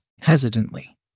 Hesitantly